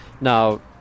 Now